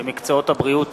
במקצועות הבריאות (תיקון)